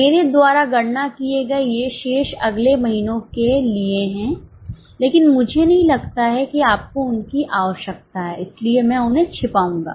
मेरे द्वारा गणना किए गए ये शेष अगले महीनों के लिए हैं लेकिन मुझे नहीं लगता कि आपको उनकी आवश्यकता है इसलिए मैं उन्हें छिपाऊंगा